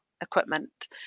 equipment